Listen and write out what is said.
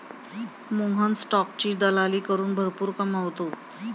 मोहन स्टॉकची दलाली करून भरपूर कमावतो